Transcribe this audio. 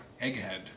Egghead